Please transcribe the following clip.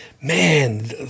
man